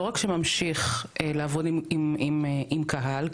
לא רק שממשיך לעבוד עם קהל,